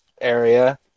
area